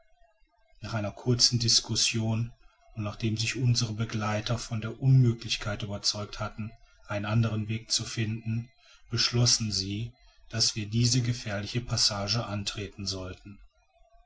nach einer kurzen discussion und nachdem sich unsere begleiter von der unmöglichkeit überzeugt hatten einen anderen weg zu finden beschlossen sie daß wir diese gefährliche passage antreten sollten